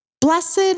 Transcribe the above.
Blessed